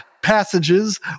passages